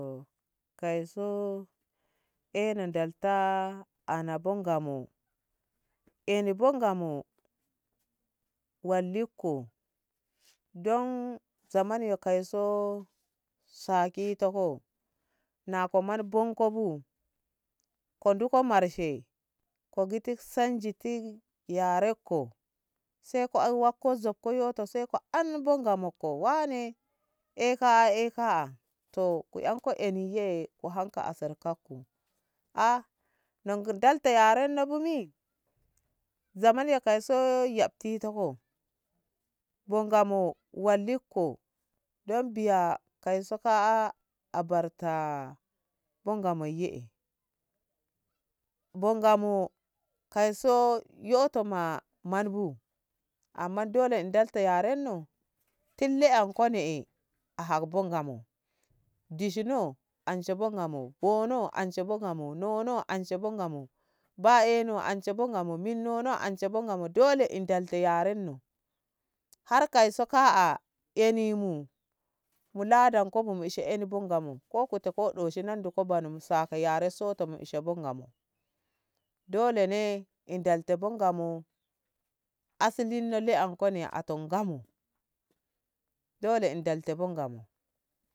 Kai so e ni na ndalta eni bo Ngamo eni bo Ngamo walli ko don zamanyo kai so sakisako nako man bonko bu na nduku marshe ko giti sanjiti yareko sai ko auwako zokko yoto sai ko am bo Ngamo ko wane e ka'a e ka'a to ku enko eni ye ku hakka asar kakko ah nga dalta yarenno bu ni zamanye kai so yaftitako bo Ngamo wallikko don biya kai so ka'a abarta bo Ngamo ye eh bo Ngamo kai so yoto ma manbu amma dole in dalta yarenno tin leyanko ne'e a hak bo Ngamo dishino anshe bo Ngamo bono anshe bo Ngamo nono anshe bo Ngamo ba'eno anshe bo Ngamo min nono anshe bo Ngamo dole in dalta yarenno har kai so ka'a eni mu ladanko bo mushe eni bo Ngamo ko kute ko ɗoshi nan nduko bano mu saka yare sota ishe bo Ngamo dole ne in dalta bo Ngamo asalinno le'anko ne a tom Ngamo dole in dalta bo Ngamo.